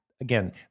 again